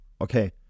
Okay